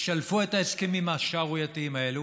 שלפו את ההסכמים השערורייתיים האלה,